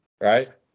Right